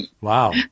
Wow